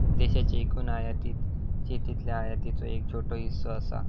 देशाच्या एकूण आयातीत शेतीतल्या आयातीचो एक छोटो हिस्सो असा